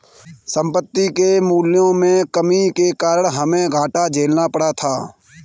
संपत्ति के मूल्यों में कमी के कारण हमे घाटा झेलना पड़ा था